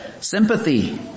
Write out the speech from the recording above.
Sympathy